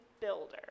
builder